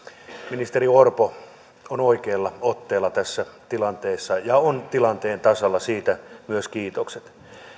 ministeri orpo on oikeilla otteilla tässä tilanteessa ja on tilanteen tasalla siitä myös kiitokset